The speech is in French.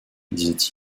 disaient